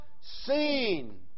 seen